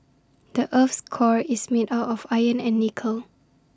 the Earth's core is made out of iron and nickel